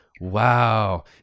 wow